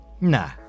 Nah